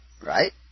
right